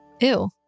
Ew